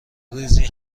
ریزی